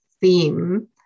theme